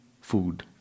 food